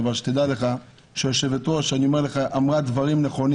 אבל דע לך שהיושבת-ראש אמרה דברים נכונים.